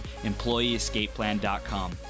EmployeeEscapePlan.com